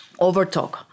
overtalk